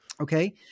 Okay